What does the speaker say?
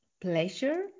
pleasure